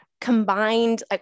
combined